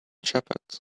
shepherds